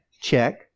Check